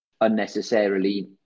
unnecessarily